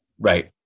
Right